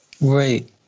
Right